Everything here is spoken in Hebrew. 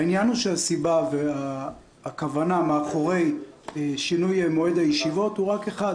העניין הוא שהסיבה והכוונה מאחורי שינוי מועד הישיבות הוא רק אחד